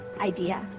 idea